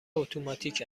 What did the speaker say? اتوماتیک